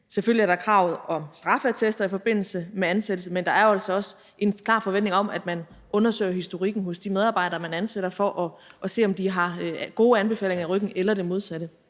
selvfølgelig er der kravet om straffeattester i forbindelse med ansættelse – undersøger historikken hos de medarbejdere, man ansætter, for at se, om de har gode anbefalinger i ryggen eller det modsatte.